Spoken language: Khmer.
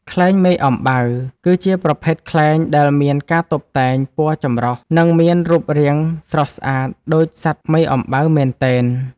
ខ្លែងមេអំបៅ គឺជាប្រភេទខ្លែងដែលមានការតុបតែងពណ៌ចម្រុះ និងមានរូបរាងស្រស់ស្អាតដូចសត្វមេអំបៅមែនទែន។